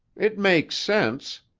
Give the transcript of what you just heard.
it makes sense,